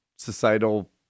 societal